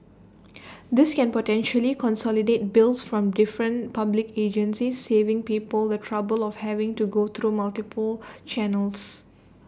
this can potentially consolidate bills from different public agencies saving people the trouble of having to go through multiple channels